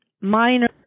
minor